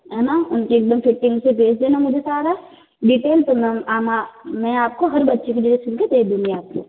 है ना उनकी एकदम फिटिंग से भेज देना मुझे सारा डिटेल्स तो मैं मैं आपको हर बच्चे के ड्रेस सील के दे दूँगी आपको